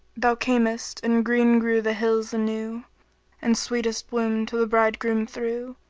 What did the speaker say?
thou camest and green grew the hills anew and sweetest bloom to the bridegroom threw,